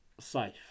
safe